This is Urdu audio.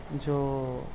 جو